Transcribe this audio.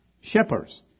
shepherds